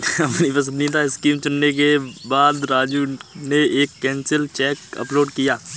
अपनी पसंदीदा स्कीम चुनने के बाद राजू ने एक कैंसिल चेक अपलोड किया